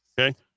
Okay